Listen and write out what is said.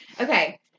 Okay